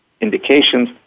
indications